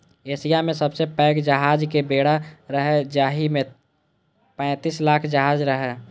Asia मे सबसं पैघ जहाजक बेड़ा रहै, जाहि मे पैंतीस लाख जहाज रहै